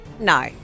No